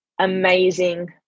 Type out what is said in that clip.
amazing